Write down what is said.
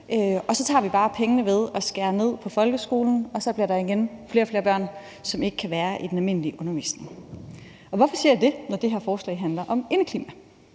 så tager vi bare pengene ved at skære ned på folkeskolen. Så bliver der igen flere og flere børn, som ikke kan være i den almindelige undervisning. Hvorfor siger jeg det, når det her forslag handler om indeklima?